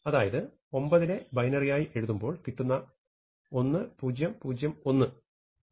അതായത് 9 നെ ബൈനറിയായി എഴുതുമ്പോൾ കിട്ടുന്ന 1001 ലുള്ള അക്കങ്ങളുടെ എണ്ണം 4 ആണ്